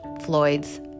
Floyd's